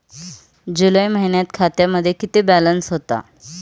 जुलै महिन्यात खात्यामध्ये किती बॅलन्स होता?